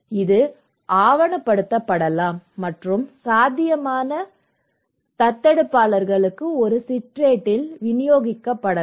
இது ஆவணப்படுத்தப்படலாம் மற்றும் சாத்தியமான தத்தெடுப்பாளர்களுக்கு ஒரு சிற்றேட்டில் விநியோகிக்கப்படலாம்